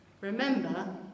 Remember